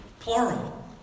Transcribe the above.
Plural